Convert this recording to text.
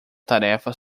tarefa